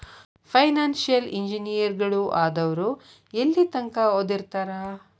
Financial ಇಂಜಿನಿಯರಗಳು ಆದವ್ರು ಯೆಲ್ಲಿತಂಕಾ ಓದಿರ್ತಾರ?